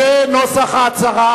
זה נוסח ההצהרה: